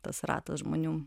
tas ratas žmonių